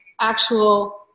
actual